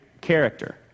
character